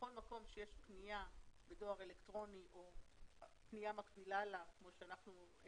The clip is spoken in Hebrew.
שבכל מקום שיש פניה בדואר אלקטרוני או פניה מקבילה לה כמו שהעלינו,